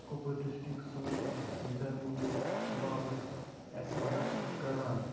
کۄپوٲرۍ ڈِسٹرک سٕنٛز بیٚہبوٗدٕ باپَتھ اَسہِ مدتھ کران